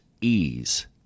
ease